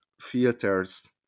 filters